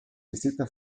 districte